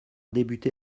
débuté